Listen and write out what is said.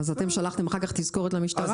אז אתם שלחתם אחר כך תזכורת למשטרה?